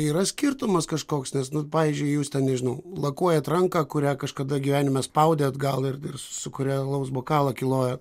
yra skirtumas kažkoks nes nu pavyzdžiui jūs ten nežinau lakuojat ranką kurią kažkada gyvenime spaudėt gal ir ir su kuria alaus bokalą kilojot